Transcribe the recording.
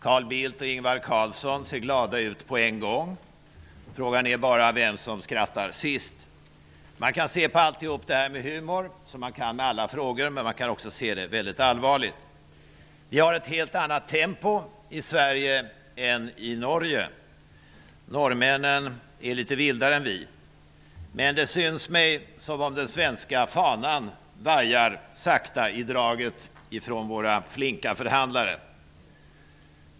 Carl Bildt och Ingvar Carlsson ser glada ut. Frågan är bara vem som skrattar sist. Man kan se på allt detta med humor, liksom man kan med alla frågor. Men man kan se väldigt allvarligt på detta. Vi har ett helt annat tempo i Sverige än vad man har i Norge. Norrmännen är litet vildare än vad vi är. Men det synes mig som om den svenska fanan vajar sakta i draget från våra flinka förhandlare.